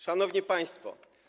Szanowni Państwo!